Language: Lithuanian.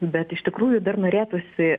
bet iš tikrųjų dar norėtųsi